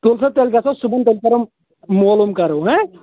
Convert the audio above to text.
تُل سا تیٚلہِ گژھو صُبَحن تیٚلہِ کَرو مولوٗم کَرو ہا